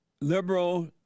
liberal